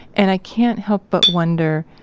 and i can't help but wonder,